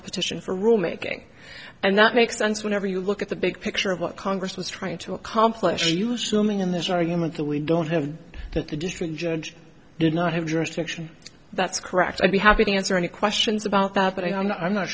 the petition for rule making and that makes sense whenever you look at the big picture of what congress was trying to accomplish in this argument that we don't have that the district judge did not have jurisdiction that's correct i'd be happy to answer any questions about that but i'm not i'm not